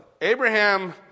Abraham